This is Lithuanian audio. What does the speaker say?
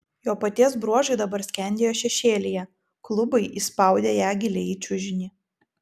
jo paties bruožai dabar skendėjo šešėlyje klubai įspaudė ją giliai į čiužinį